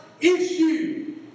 issue